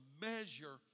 measure